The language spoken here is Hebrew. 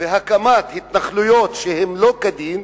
והקמת התנחלויות שהן לא כדין,